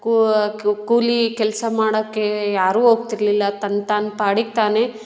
ಕೂ ಕೂಲಿ ಕೆಲಸ ಮಾಡೋಕ್ಕೆ ಯಾರೂ ಹೋಗ್ತಿರ್ಲಿಲ್ಲ ತನ್ನ ತಾನು ಪಾಡಿಗೆ ತಾನೆ